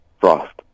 Frost